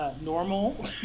Normal